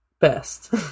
best